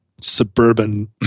suburban